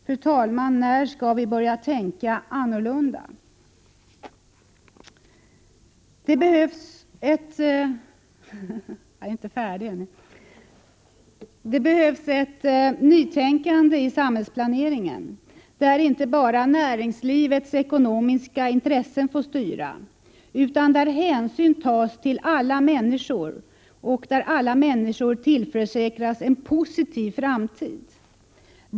Fru talman! När skall vi börja tänka annorlunda? Det behövs ett nytänkande i samhällsplaneringen där inte bara näringslivets ekonomiska intressen får styra, utan där hänsyn tas till att alla människor tillförsäkras en positiv framtid.